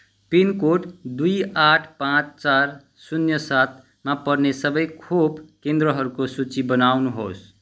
pin code दुई आठ पाँच चार शून्य सातमा पर्ने सबै खोप केन्द्रहरूको सूची बनाउनुहोस्